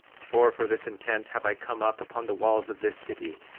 for, for this intent have i come up upon the walls of this city,